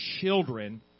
children